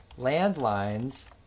landlines